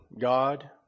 God